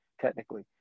technically